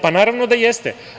Pa, naravno da jeste.